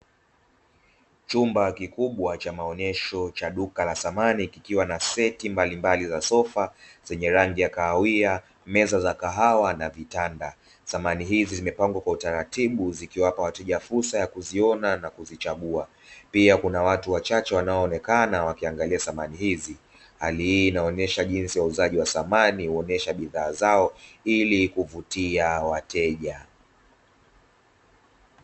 Chumba kikubwa cha maonesho cha duka la samani kikiwa na seti mbalimbali za sofa zenye rangi ya kahawia, Meza kahawa na vitanda. Samani hizi zimepangwa Kwa utaratibu zikiwapa wateja fusa ya kuziona na kuzichagua, pia kuna watu wachache wanaonekana wakiangalia samani hizi hali hii inaonyesha jinsi samani huonesha bidhaa zao ilikuvutia wateja.